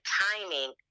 timing